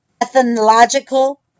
ethnological